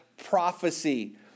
prophecy